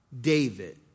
David